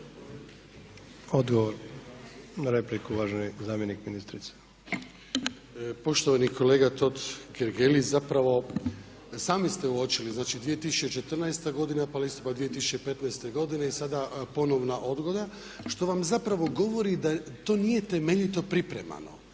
Odgovor na repliku uvaženi zamjenik ministrice. **Babić, Ante (HDZ)** Poštovani kolega Totgergeli, zapravo i sami ste uočili znači 2014. godina pa listopad 2015. godine i sada ponovna odgoda što vam zapravo govori da to nije temeljito pripremano.